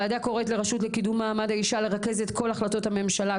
אני קוראת לייעוץ המשפטי לממשלה לכנס בדחיפות את כלל הגורמים.